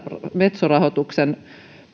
metso rahoituksen